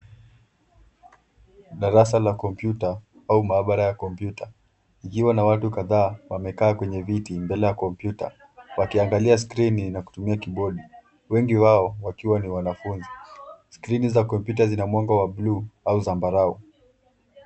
Darasa la kompyuta au maabara ya kompyuta ikiwa na watu kadhaa wamekaa kwenye viti mbele ya kompyuta wakiangalia skrini na kutumia kibodi. Wengi wao wakiwa ni wanafunzi. Skrini za kompyuta zina mwanga wa bluu au zambarau.